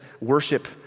worship